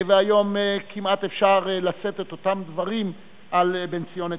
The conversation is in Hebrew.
והיום כמעט אפשר לשאת את אותם דברים על בנציון נתניהו,